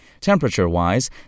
Temperature-wise